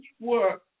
work